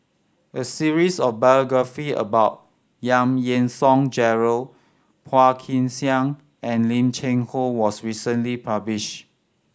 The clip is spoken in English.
a series of biography about Yang Yean Song Gerald Phua Kin Siang and Lim Cheng Hoe was recently published